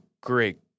great